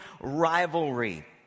rivalry